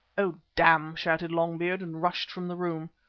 oh, damn! shouted long-beard and rushed from the room.